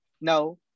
no